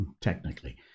technically